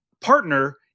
partner